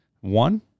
one